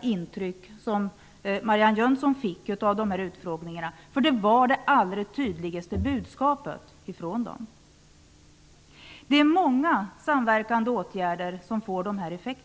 fick samma intryck av utfrågningarna. Det var det allra tydligaste budskapet. Det är många samverkande åtgärder som får dessa effekter.